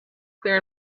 clear